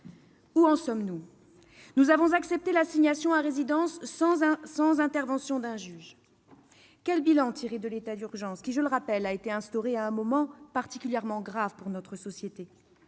Où en sommes-nous ? Vous avez accepté l'assignation à résidence sans intervention d'un juge. Quel bilan tirer de l'état d'urgence, qui, je le rappelle, a été instauré à un moment particulièrement grave pour notre société ?